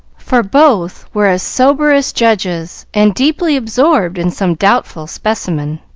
for both were as sober as judges and deeply absorbed in some doubtful specimen.